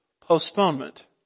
postponement